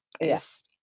Yes